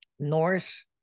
Norse